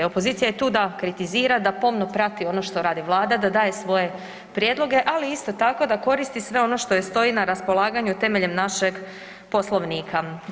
Opozicija je tu da kritizira, da pomno prati ono što radi Vlada, da daje svoje prijedloge, ali isto tako da koristi sve ono što joj stoji na raspolaganju temeljem našeg Poslovnika.